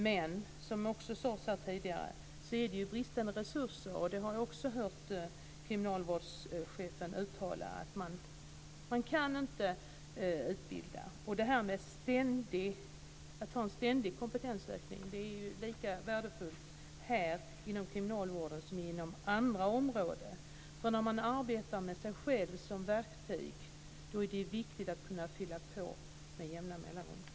Men, som också sades här tidigare, det är ju bristande resurser. Och jag har också hört kriminalvårdschefen uttala att man inte kan utbilda. Och att ha en ständig kompetensökning är lika värdefullt inom kriminalvården som inom andra områden. När man arbetar med sig själv som verktyg är det ju viktigt att kunna öka kompetensen med jämna mellanrum.